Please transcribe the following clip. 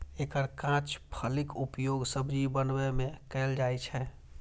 एकर कांच फलीक उपयोग सब्जी बनबै मे कैल जाइ छै